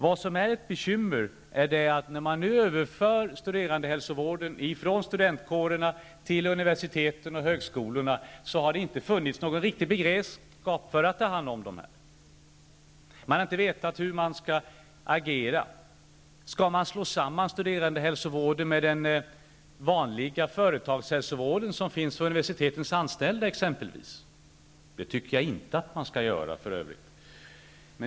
Vad som är ett bekymmer när man nu överför studerandehälsovården från studentkårerna till universiteten och högskolorna är att det inte har funnits någon riktig beredskap för att ta hand om den. Man har inte vetat hur man skall agera. Skall man slå samman studerandehälsovården med den vanliga företagshälsovården som finns för exempelvis universitetens anställda? -- det tycker jag för övrigt att man inte skall göra.